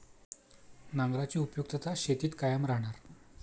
नांगराची उपयुक्तता शेतीत कायम राहणार